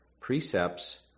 precepts